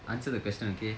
answer the question okay